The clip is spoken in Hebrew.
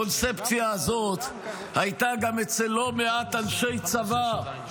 הקונספציה הזאת הייתה גם אצל לא מעט אנשי צבא.